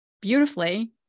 beautifully